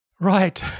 Right